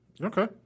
Okay